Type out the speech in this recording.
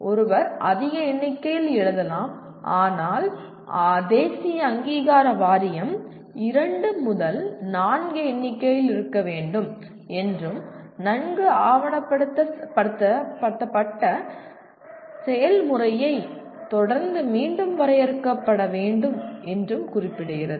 ஒருவர் அதிக எண்ணிக்கையில் எழுதலாம் ஆனால் தேசிய அங்கீகார வாரியம் இரண்டு முதல் நான்கு எண்ணிக்கையில் இருக்க வேண்டும் என்றும் நன்கு ஆவணப்படுத்தப்பட்ட செயல்முறையைத் தொடர்ந்து மீண்டும் வரையறுக்கப்பட வேண்டும் என்றும் குறிப்பிடுகிறது